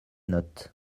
notes